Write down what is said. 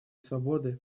свободы